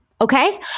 Okay